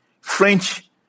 French